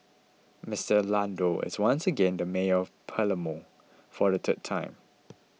Mister Orlando is once again the mayor of Palermo for the third time